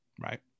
right